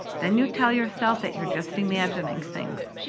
then, you tell yourself that you're just imagining things,